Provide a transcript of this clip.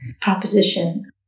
proposition